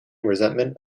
resentment